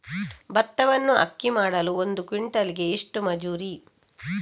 ಭತ್ತವನ್ನು ಅಕ್ಕಿ ಮಾಡಲು ಒಂದು ಕ್ವಿಂಟಾಲಿಗೆ ಎಷ್ಟು ಮಜೂರಿ?